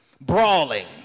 brawling